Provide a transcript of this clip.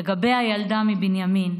לגבי הילדה מבנימין,